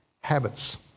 habits